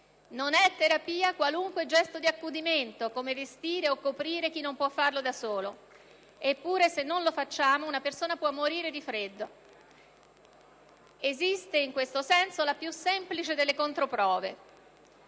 Non è terapia qualunque gesto di accudimento, come vestire o coprire chi non può farlo da solo: eppure, se non lo facciamo, una persona può morire di freddo. Esiste, in questo senso, la più semplice delle controprove